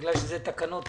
בגלל שזה תקנות,